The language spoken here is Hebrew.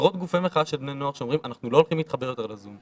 עשרות גופי מחאה של בני נוער שאומרים שהם לא הולכים להתחבר יותר לזום,